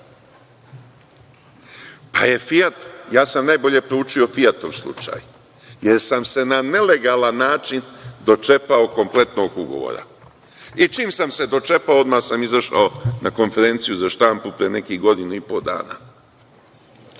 Pa, je „Fijat“, ja sam najbolje proučio „Fijatov“ slučaj, jer sam se na nelegalan način dočepao kompletnog ugovora i čim sam se dočepao odmah sam izašao na konferenciju za štampu pre nekih godinu i po